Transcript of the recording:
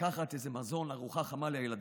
לקחת איזה מזון, ארוחה חמה לילדים?